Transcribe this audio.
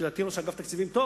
ולדעתי הוא ראש אגף תקציבים טוב